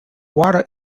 water